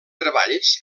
treballs